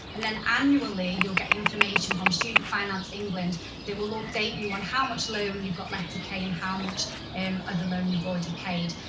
and then annually you'll get information from student fine ans england that will update you on how much loan you've got left to pay and how much and of the loan you've already paid.